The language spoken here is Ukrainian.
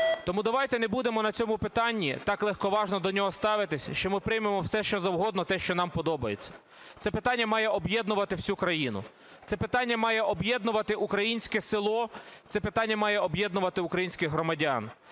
Тому давайте не будемо на цьому питанні, так легковажно до нього ставитись, що ми приймемо все, що завгодно, те, що нам подобається. Це питання має об'єднувати всю країну, це питання має об'єднувати українське село, це питання має об'єднувати українських громадян.